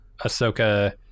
Ahsoka